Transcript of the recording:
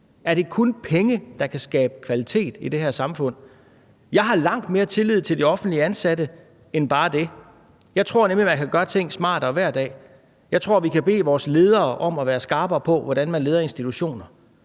Er det kun penge, der kan skabe kvalitet i det her samfund? Jeg har langt mere tillid til de offentligt ansatte end bare det. Jeg tror nemlig, at man kan gøre ting smartere hver dag. Jeg tror, at vi kan bede vores ledere om at være skarpere på, hvordan man leder institutioner.